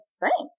thanks